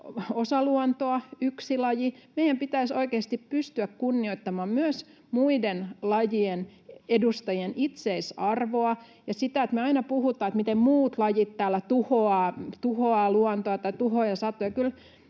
osa luontoa, yksi laji. Meidän pitäisi oikeasti pystyä kunnioittamaan myös muiden lajien edustajien itseisarvoa. Me aina puhutaan, miten muut lajit täällä tuhoaa luontoa tai tuhoaa satoja,